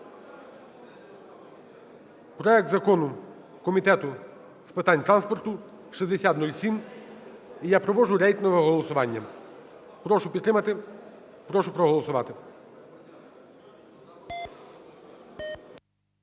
Проект закону Комітету з питань транспорту 6007, і я проводжу рейтингове голосування. Прошу підтримати, прошу проголосувати.